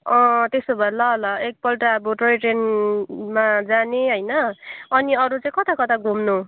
त्यसो भए ल ल एकपल्ट अब टोय ट्रेनमा जाने होइन अनि अरू चाहिँ कता कता घुम्नु